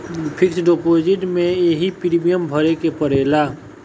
fix deposit में एकही premium भरे के पड़ेला